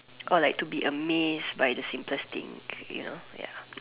or like to be amazed by the simplest thing you know ya